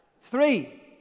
Three